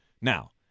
Now